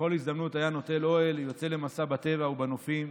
ובכל הזדמנות היה נוטל אוהל ויוצא למסע בטבע ובנופים.